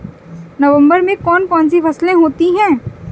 नवंबर में कौन कौन सी फसलें होती हैं?